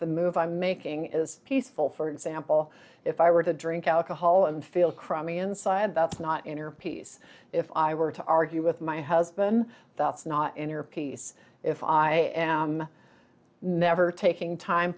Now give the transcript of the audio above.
the move i'm making is peaceful for example if i were to drink alcohol and feel crummy inside that's not inner peace if i were to argue with my husband that's not inner peace if i am never t